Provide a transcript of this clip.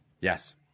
yes